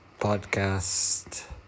podcast